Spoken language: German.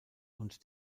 und